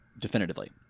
definitively